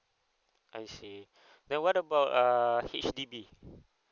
I see then what about uh H_D_B